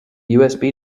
usb